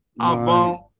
avant